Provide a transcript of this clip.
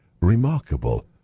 remarkable